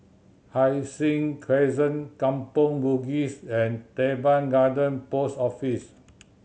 Hai Sing Crescent Kampong Bugis and Teban Garden Post Office